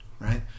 right